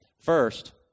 First